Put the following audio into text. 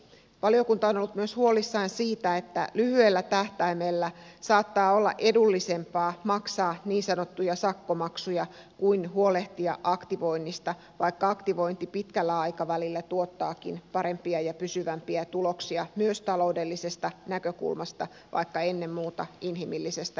valiokunta on ollut myös huolissaan siitä että lyhyellä tähtäimellä saattaa olla edullisempaa maksaa niin sanottuja sakkomaksuja kuin huolehtia aktivoinnista vaikka aktivointi pitkällä aikavälillä tuottaakin parempia ja pysyvämpiä tuloksia myös taloudellisesta näkökulmasta vaikka ennen muuta inhimillisestä näkökulmasta